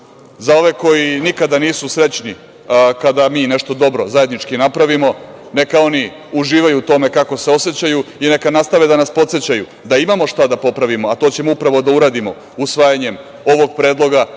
za ove koji nikada nisu srećni kada mi nešto dobro zajednički napravimo, neka oni uživaju u tome kako se osećaju i neka nastave da nas podsećaju da imamo šta da popravimo, a to ćemo upravo da uradimo usvajanjem ovog predloga.